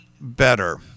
better